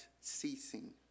ceasing